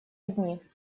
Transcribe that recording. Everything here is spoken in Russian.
одни